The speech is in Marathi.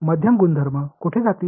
मध्यम गुणधर्म कोठे जातील